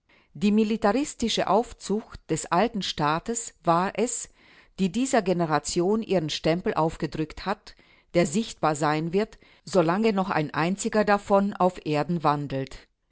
die militaristische aufzucht des alten staates war es die dieser generation ihren stempel aufgedrückt hat der sichtbar sein wird solange noch ein einziger davon auf erden wandelt